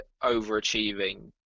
overachieving